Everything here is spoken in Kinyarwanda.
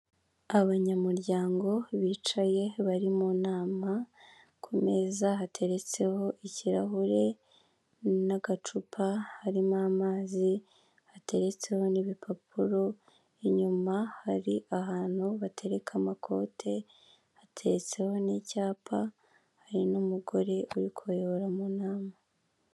Abanyamuryango bicaye bari mu nama, ku meza hateretseho ikirahure n'agacupa harimo amazi ateretseho n'ibipapuro, inyuma hari ahantu batereka amakote hateretseho n'icyapa, hari n'umugore uri kubayobora mu nama.